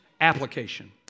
application